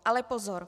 Ale pozor!